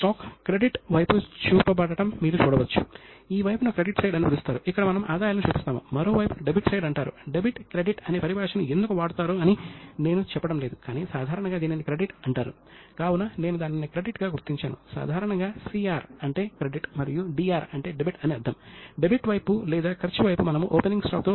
మీలో చాలా మంది అకౌంటెంట్లుగా ఉద్యోగం చేయాలని ఆశిస్తున్నారని నేను అనుకుంటున్నాను కౌటిల్యుని సూత్రాల ప్రకారం ఆడిటర్లు మరియు అకౌంటెంట్ల జీతం చాలా ఉన్నత స్థాయిలో ఉంటుందన్న విషయం తెలుసుకోవడం మీకు చాలా సంతోషాన్ని కలిగిస్తుందని నేను భావిస్తున్నాను